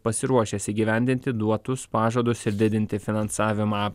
pasiruošęs įgyvendinti duotus pažadus ir didinti finansavimą